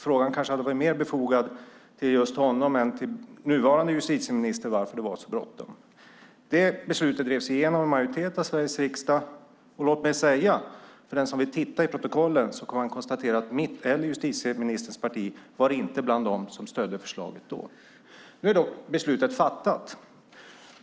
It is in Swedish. Frågan kanske hade varit mer befogad att ställa till just honom än till nuvarande justitieministern om varför det var så bråttom. Det beslutet drevs igenom av en majoritet i Sveriges riksdag. Låt mig säga att den som vill titta i protokollet kan konstatera att mitt och justitieministerns parti inte var bland dem som stödde förslaget då. Nu är dock beslutet fattat.